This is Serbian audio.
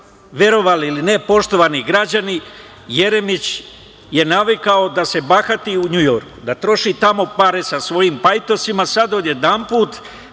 Verovali ili ne, poštovani građani, Jeremić je navikao da se bahati u Njujorku, da troši tamo pare sa svojim pajtosima. Sada odjedanput